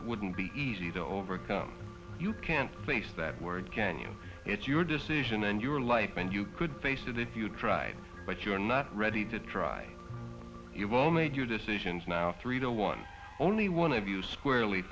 that wouldn't be easy to overcome you can't replace that word can you it's your decision and your life and you could face it if you tried but you're not ready to try you've all made your decisions now three to one only one of you squarely